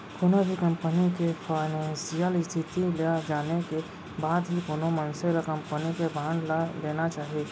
कोनो भी कंपनी के फानेसियल इस्थिति ल जाने के बाद ही कोनो मनसे ल कंपनी के बांड ल लेना चाही